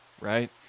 right